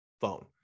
phone